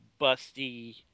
busty